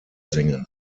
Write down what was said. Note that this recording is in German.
singen